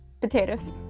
potatoes